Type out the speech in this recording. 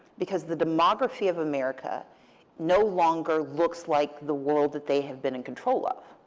because the demography of america no longer looks like the world that they have been in control of.